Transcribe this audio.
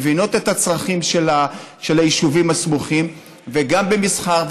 מבינות את הצרכים של היישובים הסמוכים גם במסחר,